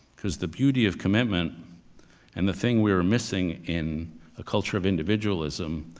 because the beauty of commitment and the thing we were missing in a culture of individualism,